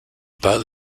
about